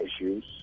issues